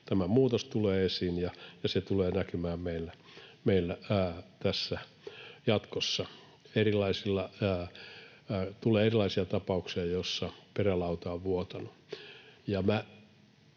tämä muutos tulee esiin, ja se tulee näkymään meillä jatkossa erilaisina tapauksina, joissa perälauta on vuotanut.